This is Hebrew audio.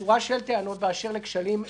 ישיבת ועדת החוקה, חוק ומשפט.